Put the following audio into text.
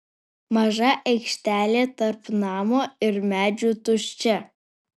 maža aikštelė tarp namo ir medžių tuščia